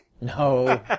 No